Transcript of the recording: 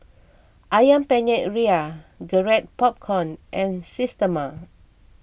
Ayam Penyet Ria Garrett Popcorn and Systema